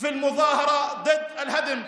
בהפגנה נגד ההריסה.